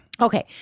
Okay